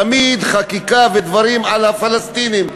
תמיד חקיקה ודברים על הפלסטינים,